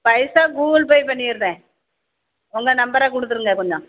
பைசா Google Pay பண்ணிடுதேன் உங்கள் நம்பரை கொடுத்துருங்க கொஞ்சம்